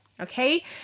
Okay